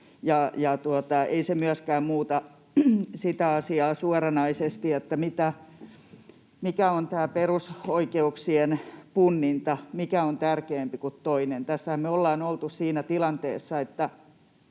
Ei se myöskään muuta sitä asiaa suoranaisesti, mikä on tämä perusoikeuksien punninta: mikä on tärkeämpi kuin toinen? Tässähän me ollaan oltu siinä tilanteessa, että